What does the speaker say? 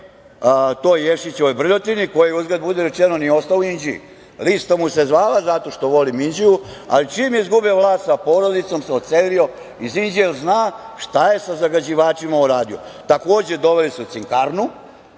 toj Ješićevoj brljotini, koja uzgred budi rečeno, nije ostao u Inđiji. Lista mu se zvala - Zato što volim Inđiju, ali čim je izgubio vlast, sa porodicom se odselio iz Inđije jer zna šta je sa zagađivačima uradio. Takođe, doveli su cinkarnu